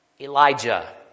Elijah